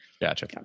Gotcha